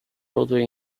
roadway